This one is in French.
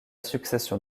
succession